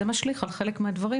זה משליך על חלק מהדברים,